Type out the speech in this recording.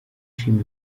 ushima